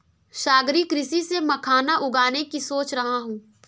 सागरीय कृषि से मखाना उगाने की सोच रहा हूं